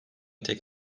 tek